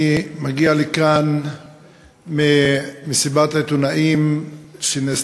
אני מגיע לכאן ממסיבת העיתונאים שהייתה